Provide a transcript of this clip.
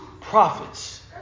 prophets